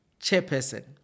chairperson